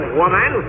woman